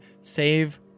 save